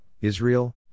Israel